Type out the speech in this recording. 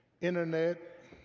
internet